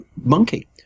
monkey